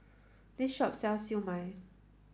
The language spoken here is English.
this shop sells Siew Mai